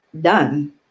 done